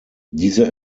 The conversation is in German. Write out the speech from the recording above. diese